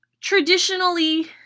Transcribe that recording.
traditionally